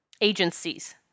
agencies